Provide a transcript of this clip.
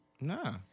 Nah